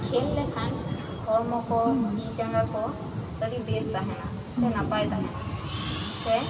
ᱠᱷᱮᱞ ᱞᱮᱠᱷᱟᱱ ᱦᱚᱲᱢᱚ ᱠᱚ ᱛᱤ ᱡᱟᱸᱜᱟ ᱠᱚ ᱟᱹᱰᱤ ᱵᱮᱥ ᱛᱟᱦᱮᱱᱟ ᱥᱮ ᱱᱟᱯᱟᱭ ᱛᱟᱦᱮᱱᱟ ᱥᱮ